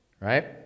right